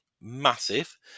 massive